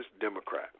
democrat